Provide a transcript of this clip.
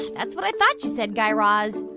that's what i thought you said, guy raz.